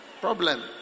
problem